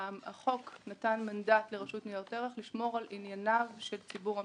- החוק נתן מנדט לרשות ניירות ערך לשמור על ענייניו של ציבור המשקיעים,